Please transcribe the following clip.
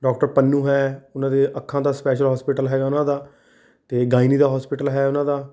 doctor Pannu ਹੈ ਉਹਨਾਂ ਦੇ ਅੱਖਾਂ ਦਾ ਸਪੈਸ਼ਲ ਹੌਸਪੀਟਲ ਹੈਗਾ ਉਨ੍ਹਾਂ ਦਾ ਅਤੇ ਗਾਇਨੀ ਦਾ ਹੋਸਪੀਟਲ ਹੈ ਉਨ੍ਹਾਂ ਦਾ